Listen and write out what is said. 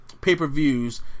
pay-per-views